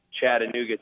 Chattanooga